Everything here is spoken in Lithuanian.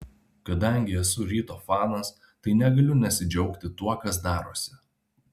kadangi esu ryto fanas tai negaliu nesidžiaugti tuo kas darosi